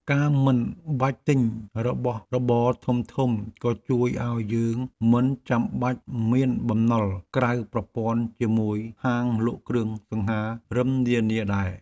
ការមិនបាច់ទិញរបស់របរធំៗក៏ជួយឱ្យយើងមិនចាំបាច់មានបំណុលក្រៅប្រព័ន្ធជាមួយហាងលក់គ្រឿងសង្ហារិមនានាដែរ។